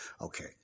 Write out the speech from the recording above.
Okay